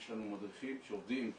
יש לנו מדריכים שעובדים 365/24,